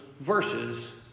Verses